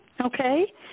Okay